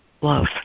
love